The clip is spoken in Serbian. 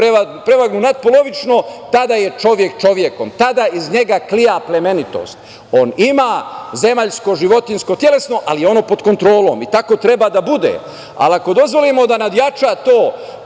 prevagnu nadpolovično, tada je čovek čovekom, tada iz njega klija plemenitost. On ima zemaljsko, životinjsko, telesno, ali je ono pod kontrolom i tako treba da bude. Ali ako dozvolimo da nadjača to